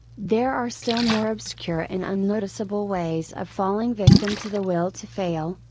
there are still more obscure and unnoticeable ways of falling victim to the will to fail,